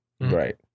right